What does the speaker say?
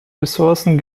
ressourcen